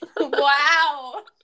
Wow